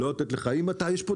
יש פה,